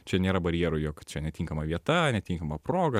čia nėra barjerų jog čia netinkama vieta netinkama proga